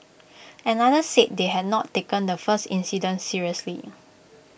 another said they had not taken the first incident seriously